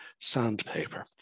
sandpaper